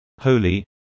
holy